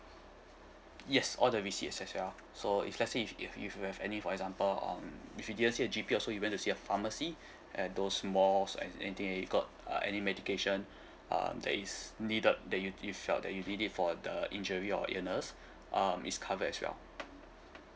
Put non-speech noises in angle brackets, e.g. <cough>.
yes all the receipts as as well so if let's say if if you have any for example um if you didn't see a G_P you also went to see a pharmacy <breath> at those malls and anything you got uh any medication <breath> um that is needed that you you felt that you did it for the injury or illness um it's covered as well